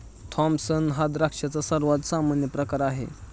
Thompson हा द्राक्षांचा सर्वात सामान्य प्रकार आहे